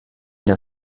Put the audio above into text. der